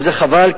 זה חבל,